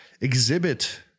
exhibit